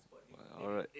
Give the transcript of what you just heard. alright